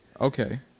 okay